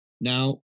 Now